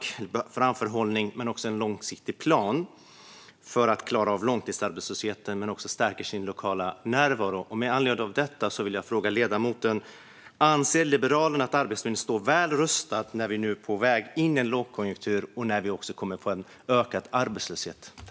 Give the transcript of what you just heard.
Den behöver framförhållning men också en långsiktig plan för att klara av långtidsarbetslösheten men också stärka sin lokala närvaro. Med anledning av detta vill jag fråga ledamoten om Liberalerna anser att Arbetsförmedlingen står väl rustad när vi nu är på väg in i lågkonjunktur och kommer att få ökad arbetslöshet.